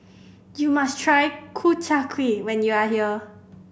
you must try Ku Chai Kuih when you are here